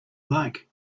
like